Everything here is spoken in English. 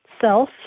self